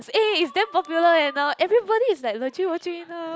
eh is damn popular eh now everybody is like legit watching it now